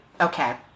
Okay